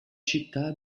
città